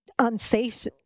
unsafe